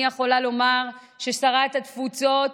אני יכולה לומר ששרת התפוצות,